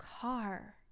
car